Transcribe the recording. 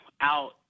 out